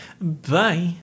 bye